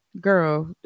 girl